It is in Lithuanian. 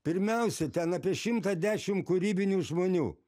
pirmiausia ten apie šimtą dešim kūrybinių žmonių